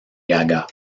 gaga